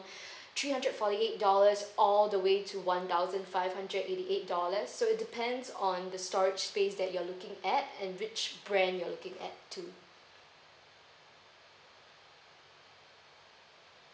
three hundred forty eight dollars all the way to one thousand five hundred eighty eight dollars so it depends on the storage space that you're looking at and which brand you're looking at too